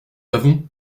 avons